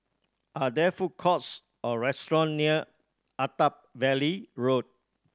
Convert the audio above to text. are there food courts or restaurant near Attap Valley Road